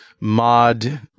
mod